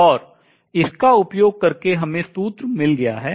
और इसका उपयोग करके हमें सूत्र मिल गया है